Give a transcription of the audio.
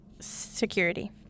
security